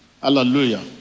Hallelujah